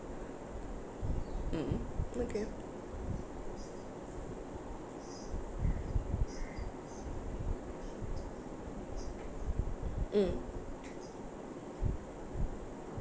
mm okay mm